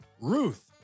Ruth